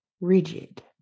rigid